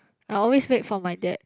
I always wait for my dad